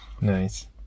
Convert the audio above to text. Nice